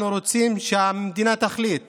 אנחנו גם רוצים שהמדינה תחליט